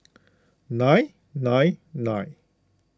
nine nine nine